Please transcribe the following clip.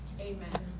Amen